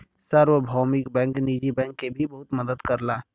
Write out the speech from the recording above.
सार्वभौमिक बैंक निजी बैंक के भी बहुत मदद करला